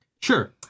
Sure